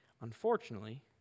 Unfortunately